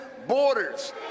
Borders